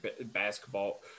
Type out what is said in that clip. basketball